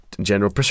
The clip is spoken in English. general